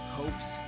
hopes